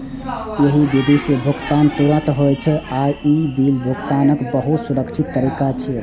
एहि विधि सं भुगतान तुरंत होइ छै आ ई बिल भुगतानक बहुत सुरक्षित तरीका छियै